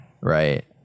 right